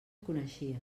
coneixia